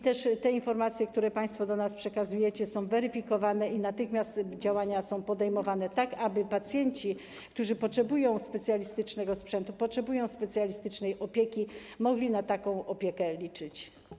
Te informacje, które państwo nam przekazujecie, są weryfikowane i natychmiast działania podejmowane są tak, aby pacjenci, którzy potrzebują specjalistycznego sprzętu, potrzebują specjalistycznej opieki, mogli na taką opiekę liczyć.